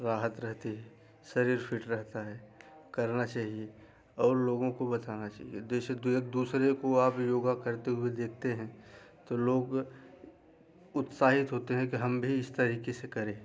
राहत रहती है शरीर फिट रहता है करना चाहिए और लोगों को बताना चाहिए जैसे दो एक दूसरे को आप योगा करते हुए देखते हैं तो लोग उत्साहित होते हैं कि हम भी इस तरीके से करें